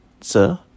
Sir